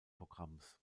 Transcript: programms